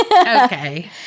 Okay